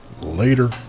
Later